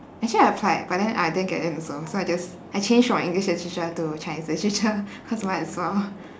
actually I applied but then I didn't get in also so I just I changed from my english literature to chinese literature cause might as well